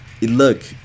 look